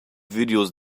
videos